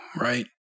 right